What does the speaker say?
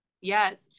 Yes